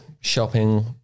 shopping